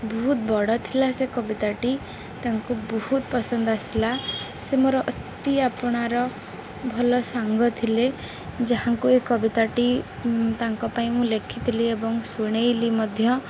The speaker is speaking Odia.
ବହୁତ ବଡ଼ ଥିଲା ସେ କବିତାଟି ତାଙ୍କୁ ବହୁତ ପସନ୍ଦ ଆସିଲା ସେ ମୋର ଅତି ଆପଣାର ଭଲ ସାଙ୍ଗ ଥିଲେ ଯାହାଙ୍କୁ ଏ କବିତାଟି ତାଙ୍କ ପାଇଁ ମୁଁ ଲେଖିଥିଲି ଏବଂ ଶୁଣେଇଲି ମଧ୍ୟ